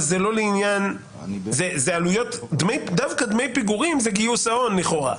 אבל זה לא לעניין --- דווקא דמי פיגורים זה גיוס ההון לכאורה,